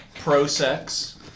pro-sex